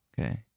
okay